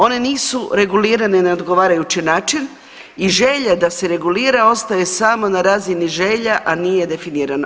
One nisu regulirane na odgovarajući način i želja je da se regulira ostaje samo na razini želja, a nije definirano.